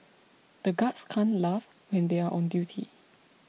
the guards can't laugh when they are on duty